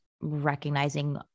recognizing